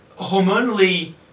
hormonally